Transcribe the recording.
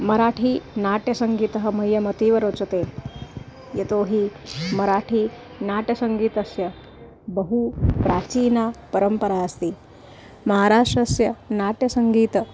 मराठीनाट्यसङ्गीतं मह्यम् अतीव रोचते यतो हि मराठीनाट्यसङ्गीतस्य बहु प्राचीना परम्परा अस्ति महाराष्ट्रस्य नाट्यसङ्गीतम्